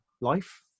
life